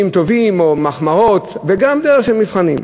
טובים או מחמאות וגם דרך של מבחנים.